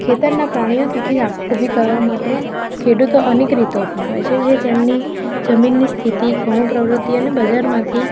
ખેતરના પ્રાણીઓ થકી આવક ઊભી કરવા માટે ખેડૂતો અનેક રીતો અપનાવે છે જે તેમની જમીનની સ્થિતિ અને ગૌણ પ્રવૃતિ અને બજારમાંથી